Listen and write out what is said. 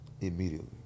Immediately